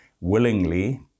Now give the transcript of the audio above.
willingly